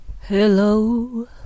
Hello